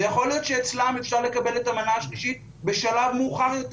יכול להיות שאצלם אפשר לקבל את המנה השלישית בשלב מאוחר יותר.